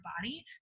body